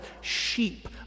sheep